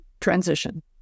transition